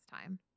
time